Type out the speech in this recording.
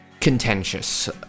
contentious